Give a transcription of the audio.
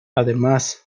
además